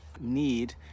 need